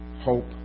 hope